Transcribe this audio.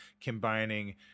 combining